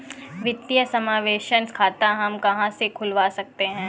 वित्तीय समावेशन खाता हम कहां से खुलवा सकते हैं?